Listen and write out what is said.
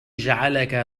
جعلك